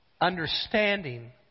understanding